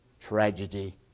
tragedy